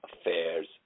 affairs